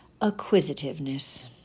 Acquisitiveness